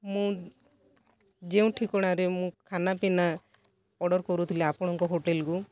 ମୁଁ ଯେଉଁ ଠିକଣାରେ ମୁଁ ଖାନାପିନା ଅର୍ଡ଼ର୍ କରୁଥିଲି ଆପଣଙ୍କ ହୋଟେଲ୍ରୁ